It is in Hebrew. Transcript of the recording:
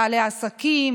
בעלי עסקים,